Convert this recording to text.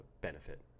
benefit